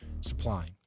supply